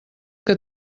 que